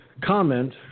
comment